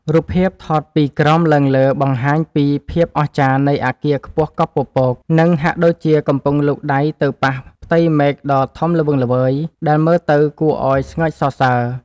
រូបភាពថតពីក្រោមឡើងលើបង្ហាញពីភាពអស្ចារ្យនៃអាគារខ្ពស់កប់ពពក និង ហាក់ដូចជាកំពុងលូកដៃទៅប៉ះផ្ទៃមេឃដ៏ធំល្វឹងល្វើយដែលមើលទៅគួរឱ្យស្ងើចសរសើរ។